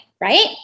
right